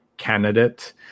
candidate